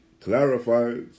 clarifies